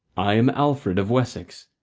i am alfred of wessex,